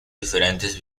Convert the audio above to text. diferentes